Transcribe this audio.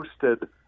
posted